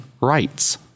rights